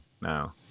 now